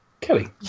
Kelly